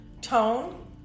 tone